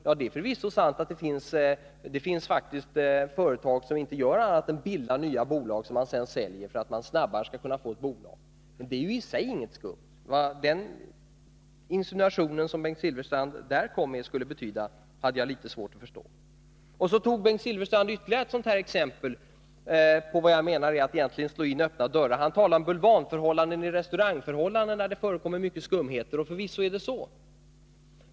Ja, det är förvisso sant att det finns företag som inte gör annat än bildar nya bolag som sedan säljs för att man snabbare skall kunna få ett nytt bolag. Det är i sig inget skumt. Vad den insinuationen, Bengt Silfverstrand, skulle betyda har jag litet svårt att förstå. Bengt Silfverstrand gav ytterligare ett exempel på vad jag menar är detsamma som att slå in öppna dörrar. Han talar om bulvanförhållanden inom restaurangbranschen, där det förekommer mycket skumt. Förvisso är det så.